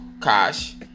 cash